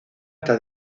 está